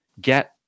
get